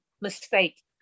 mistake